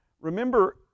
Remember